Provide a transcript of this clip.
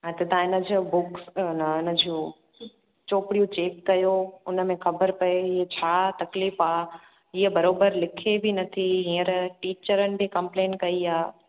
हा त तव्हां इन जो बुक्स न इन जो चोपड़ियूं चेक कयो उनमें ख़बर पए इहा छा तकलीफ़ आहे इहा बराबरि लिखे बि न थी हींअर टीचरन बि कंप्लेन कई आहे